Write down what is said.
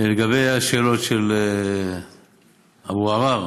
לגבי השאלות של אבו עראר,